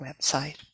website